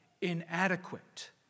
inadequate